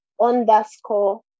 underscore